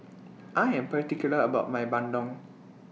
I Am particular about My Bandung